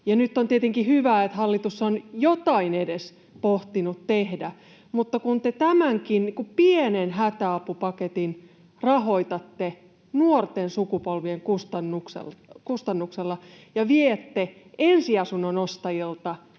Nyt on tietenkin hyvä, että hallitus on jotain edes pohtinut tehdä, mutta kun te tämänkin pienen hätäapupaketin rahoitatte nuorten sukupolvien kustannuksella ja viette ensiasunnon ostajilta